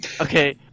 Okay